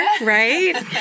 right